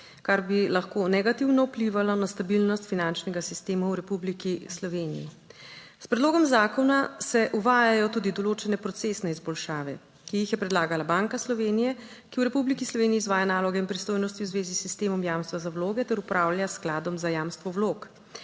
kar bi lahko negativno vplivalo na stabilnost finančnega sistema v Republiki Sloveniji. S predlogom zakona se uvajajo tudi določene procesne izboljšave, ki jih je predlagala Banka Slovenije, ki v Republiki Sloveniji izvaja naloge in pristojnosti v zvezi s sistemom jamstva za vloge ter upravlja s Skladom za jamstvo vlog.